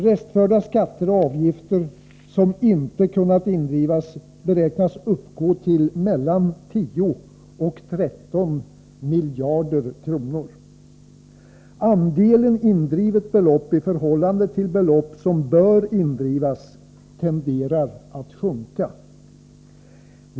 Restförda skatter och avgifter som inte kunnat drivas in beräknas uppgå till mellan 10 och 13 miljarder kronor. Andelen indrivet belopp i förhållande till belopp som bör indrivas tenderar att sjunka.